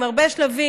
עם הרבה שלבים.